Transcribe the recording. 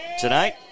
tonight